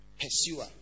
pursuer